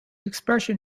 expression